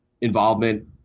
involvement